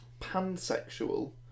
pansexual